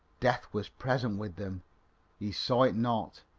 death was present with them he saw it not.